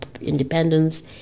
independence